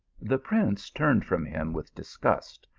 the prince turned from him with disgust,